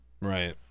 Right